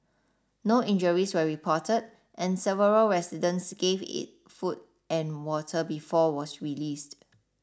no injuries were reported and several residents gave it food and water before was released